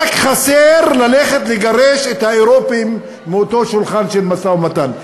רק חסר ללכת לגרש את האירופים מאותו שולחן של משא-ומתן,